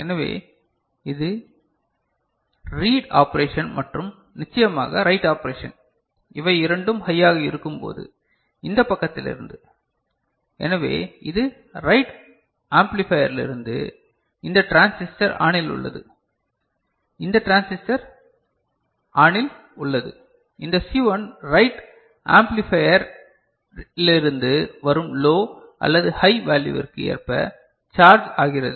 எனவே இது read operation மற்றும் நிச்சயமாக ரைட் ஆபரேஷன் இவை இரண்டும் ஹையாக இருக்கும்போது இந்த பக்கத்திலிருந்து எனவே இது ரைட் ஆம்பிளையரிலிருந்து இந்த டிரான்சிஸ்டர் ஆனில் உள்ளது இந்த டிரான்சிஸ்டர் ஆனில் உள்ளது இந்த சி 1 ரைட் ஆம்பியிலிபையரிலிருந்து வரும் லோ அல்லது ஹை வேல்யுவிற்கு ஏற்ப சார்ஜ் ஆகிறது